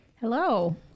Hello